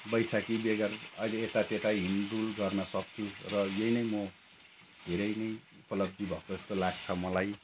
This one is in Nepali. बैसाखी बेगर अहिले यतात्यता हिँड्डुल गर्नसक्छु र यही नै म धेरै नै उपलब्धि भएको जस्तो लाग्छ मलाई